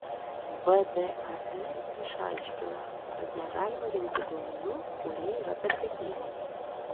vdai išaiškino kad negalima rinkti duomenų kurie yra pertekliniai